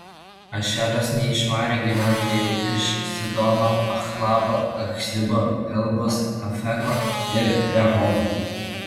ašeras neišvarė gyventojų iš sidono achlabo achzibo helbos afeko ir rehobo